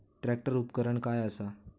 Tractor उपकरण काय असा?